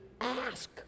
ask